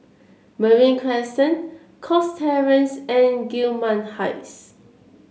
Marine Crescent Cox Terrace and Gillman Heights